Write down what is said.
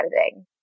editing